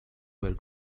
were